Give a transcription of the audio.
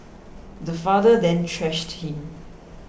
the father then thrashed him